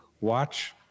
watch